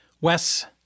Wes